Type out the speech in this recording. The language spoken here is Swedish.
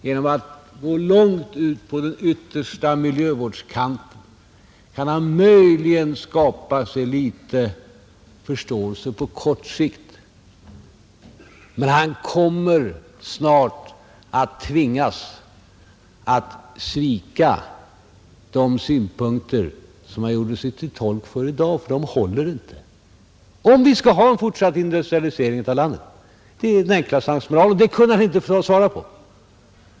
Genom att gå långt ut på den yttersta miljövårdskanten kan han möjligen skapa sig litet förståelse på kort sikt. Men han kommer snart att tvingas att svika de synpunkter som han gjorde sig till tolk för i dag, för de håller inte, om vi skall ha en fortsatt industrialisering av landet. Det är ju den enkla sensmoralen.